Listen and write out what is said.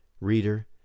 Reader